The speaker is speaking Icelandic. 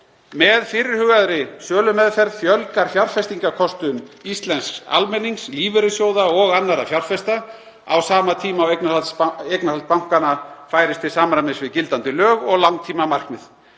Með fyrirhugaðri sölumeðferð fjölgar fjárfestingarkostum íslensks almennings, lífeyrissjóða og annarra fjárfesta á sama tíma og eignarhald bankanna færist til samræmis við gildandi lög og langtímamarkmið.